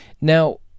Now